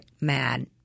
mad